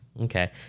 Okay